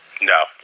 No